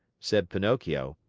said pinocchio.